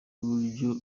uburyo